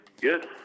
Good